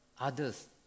Others